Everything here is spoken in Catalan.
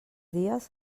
dies